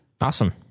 Awesome